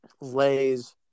Lay's